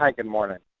ah good morning.